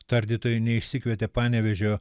tardytojai neišsikvietė panevėžio